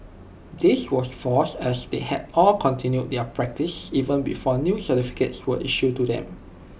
this was false as they had all continued their practice even before new certificates were issued to them